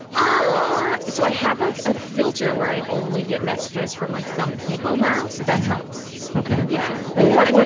ah so i have like a filter where i only get messages from like some people now, so that helps. okay. yeah but yeah what